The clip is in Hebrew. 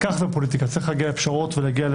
כך זה בפוליטיקה, צריך להגיע לפשרות ולהסכמות.